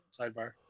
sidebar